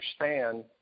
understand